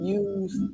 use